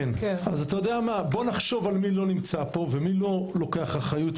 בואו נחשוב מי לא נמצא פה ומי לא לוקח אחריות.